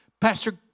Pastor